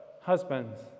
husbands